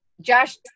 Josh